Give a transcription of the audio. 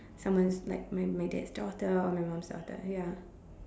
someone's like my my dad's daughter or my mom's daughter ya